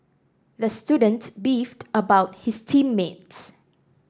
the student beefed about his team mates